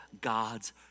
God's